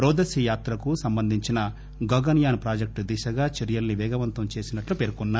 రోదసీయాత్రకు సంబంధించిన Gaganyaan project దిశగా చర్చల్పి పేగవంతం చేసినట్లు పేర్కొన్నారు